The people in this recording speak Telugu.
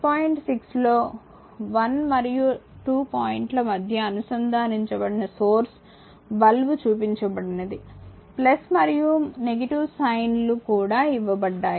6లో 1 మరియు 2 పాయింట్లల మధ్య అనుసంధానించబడిన సోర్స్ బల్బ్ చూపించబడినది మరియు సైన్లు కూడా ఇవ్వబడ్డాయి